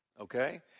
okay